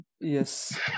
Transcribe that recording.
Yes